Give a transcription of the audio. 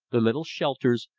the little shelters,